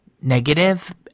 negative